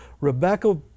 Rebecca